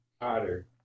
Otter